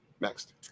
Next